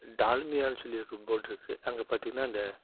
டால்மியானு சொல்லி போட் இருக்குது அங்கே பாத்தோனா இந்த